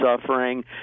suffering